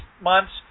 months